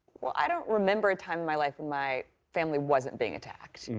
well, i don't remember a time in my life when my family wasn't being attacked.